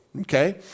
Okay